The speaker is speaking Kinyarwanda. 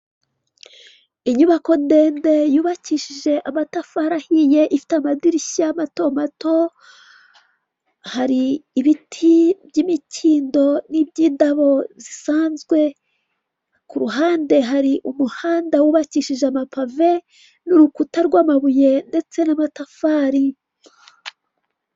Inyubako ndende yubakishije amatafari ahiye, ifite amadirishya mato mato, hari ibiti by'imikindo n'iby'indabo zisanzwe, ku ruhande hari umuhanda wubakishije amapave n'urukuta rw'amabuye ndetse n'amatafari.